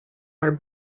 are